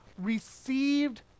received